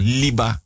liba